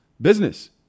business